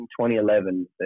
2011